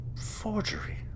forgery